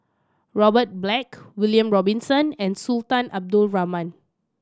Robert Black William Robinson and Sultan Abdul Rahman